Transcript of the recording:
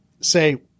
say